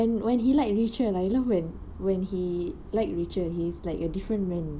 and when he like richard like I love when when he like rachel he is like a different man